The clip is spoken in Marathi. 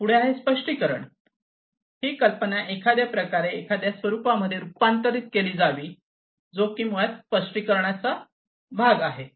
पुढे आहे स्पष्टीकरण ही कल्पना एखाद्या प्रकारे एखाद्या स्वरूपा मध्ये रूपांतरित केली जावी जो की मुळात स्पष्टीकरणाचा भाग आहे